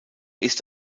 ist